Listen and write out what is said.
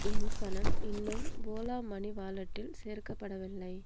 என் பணம் இன்னும் Ola Money வாலெட்டில் சேர்க்கப்படவில்லை